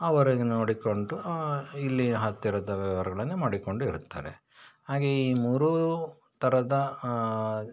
ಅವರಿಗೆ ನೋಡಿಕೊಂಡು ಇಲ್ಲಿ ಹತ್ತಿರದ ವ್ಯವ್ಹಾರಗಳನ್ನೇ ಮಾಡಿಕೊಂಡು ಇರುತ್ತಾರೆ ಹಾಗೆ ಈ ಮೂರೂ ಥರದ